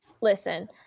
listen